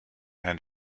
einen